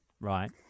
Right